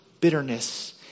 bitterness